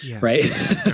right